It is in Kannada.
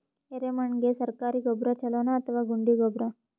ಎರೆಮಣ್ ಗೆ ಸರ್ಕಾರಿ ಗೊಬ್ಬರ ಛೂಲೊ ನಾ ಅಥವಾ ಗುಂಡಿ ಗೊಬ್ಬರ?